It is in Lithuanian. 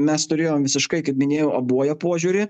mes turėjom visiškai kaip minėjau abuojo požiūrį